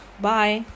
Bye